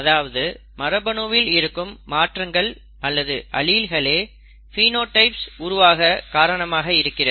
அதாவது மரபணுவில் இருக்கும் மாற்றங்கள் அல்லது அலீல்ஸ்களே பினோடைப்ஸ் உருவாக காரணமாக இருக்கிறது